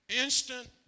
Instant